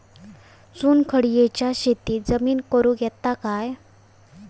चुनखडीयेच्या जमिनीत शेती करुक येता काय?